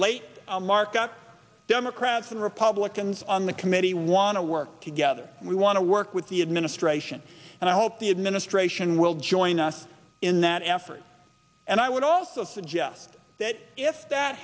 late mark up democrats and republicans on the committee want to work together we want to work with the administration and i hope the administration will join us in that effort and i would also suggest that if that